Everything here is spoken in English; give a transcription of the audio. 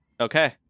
Okay